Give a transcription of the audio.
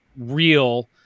real